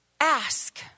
Ask